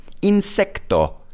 Insecto